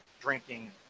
drinking